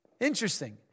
Interesting